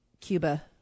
Cuba